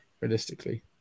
realistically